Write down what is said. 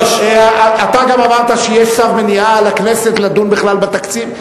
אתה גם אמרת שיהיה צו מניעה על הכנסת לדון בכלל בתקציב.